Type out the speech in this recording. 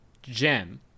gem